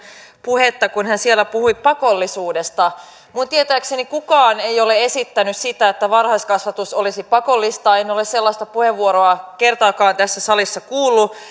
puhetta kun hän siellä puhui pakollisuudesta minun tietääkseni kukaan ei ole esittänyt sitä että varhaiskasvatus olisi pakollista en ole sellaista puheenvuoroa kertaakaan tässä salissa kuullut